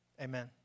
Amen